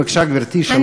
בבקשה, גברתי, שלוש דקות.